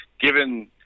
given